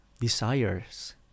desires